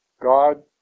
God